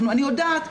אני יודעת,